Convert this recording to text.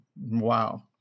wow